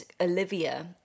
Olivia